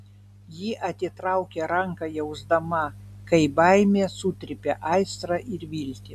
ji atitraukė ranką jausdama kaip baimė sutrypia aistrą ir viltį